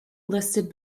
listed